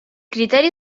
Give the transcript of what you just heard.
criteri